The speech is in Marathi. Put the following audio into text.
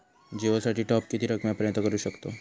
जिओ साठी टॉप किती रकमेपर्यंत करू शकतव?